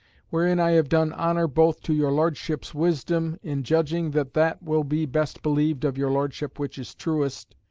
wherein i have done honour both to your lordship's wisdom, in judging that that will be best believed of your lordship which is truest,